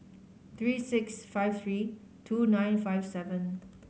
three six five three two nine five seven